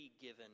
given